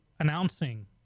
announcing